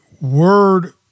word